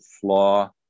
flaw